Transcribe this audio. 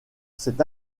c’est